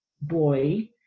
boy